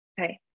okay